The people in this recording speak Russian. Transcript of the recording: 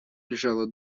лежала